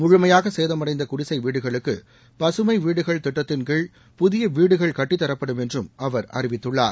முழுமையாக சேதமடைந்த குடிசை வீடுகளுக்கு பசுமை வீடுகள் திட்டத்தின்கீழ் புதிய வீடுகள் கட்டித்தரப்படும் என்றும் அவர் அறிவித்துள்ளார்